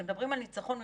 כשמדברים על ניצחון,